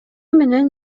менен